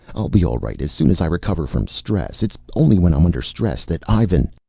i'll be all right as soon as i recover from stress. it's only when i'm under stress that ivan